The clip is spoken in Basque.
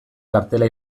kartela